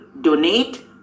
donate